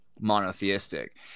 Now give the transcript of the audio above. monotheistic